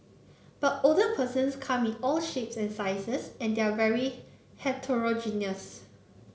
but older persons come in all shapes and sizes and they're very heterogeneous